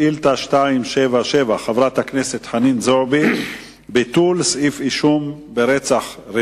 שבה 170,000 תושבים, יש נקודת משטרה שמנוהלת